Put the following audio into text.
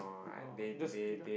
orh just eat lah